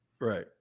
Right